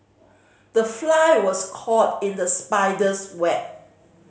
the fly was caught in the spider's web